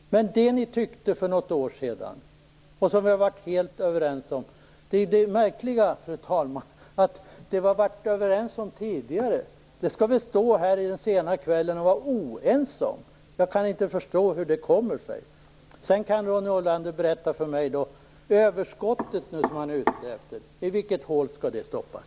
Det som ni tyckte för något år sedan och som vi har varit helt överens om tidigare - det är det märkliga, fru talman - skall vi här i den sena kvällen vara oense om. Jag kan inte förstå hur det kommer sig. Kanske kan Ronny Olander berätta för mig i vilket hål det överskott som han är ute efter skall stoppas.